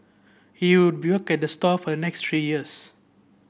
he would at the store for a next three years